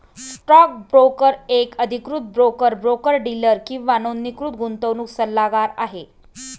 stock broker एक अधिकृत broker, broker dealer किंवा नोंदणीकृत गुंतवणूक सल्लागार आहे